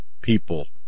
people